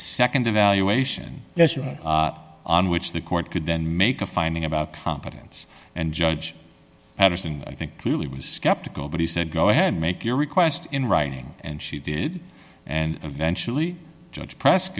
a nd evaluation on which the court could then make a finding about competence and judge patterson i think clearly was skeptical but he said go ahead make your request in writing and she did and eventually judge press